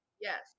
yes